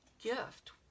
gift